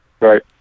right